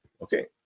okay